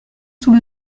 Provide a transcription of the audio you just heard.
sous